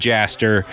Jaster